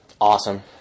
Awesome